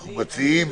אנחנו מציעים